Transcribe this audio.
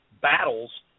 battles